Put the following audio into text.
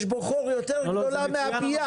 יש בו חור יותר גדול מהפיה.